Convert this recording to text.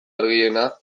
argiena